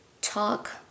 talk